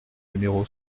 numéro